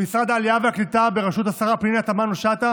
במשרד העלייה והקליטה בראשות השרה פנינה תמנו שטה